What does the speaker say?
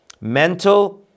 mental